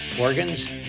organs